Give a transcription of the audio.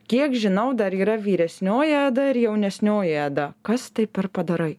kiek žinau dar yra vyresnioji eda ir jaunesnioji eda kas tai per padarai